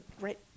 right